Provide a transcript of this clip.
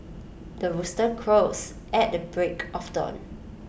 the rooster crows at the break of dawn